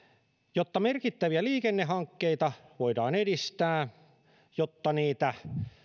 jotta merkittäviä liikennehankkeita voidaan edistää jotta niitä